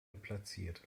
platziert